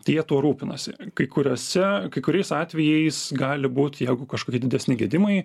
tai jie tuo rūpinasi kai kuriose kai kuriais atvejais gali būt jeigu kažkokie didesni gedimai